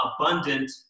abundant